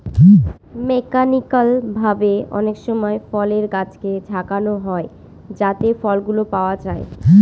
mechanical ভাবে অনেকসময় ফলের গাছকে ঝাঁকানো হয় যাতে ফলগুলো পাওয়া যায়